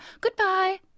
Goodbye